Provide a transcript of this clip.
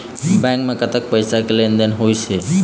Bank म कतक पैसा के लेन देन होइस हे?